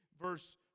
verse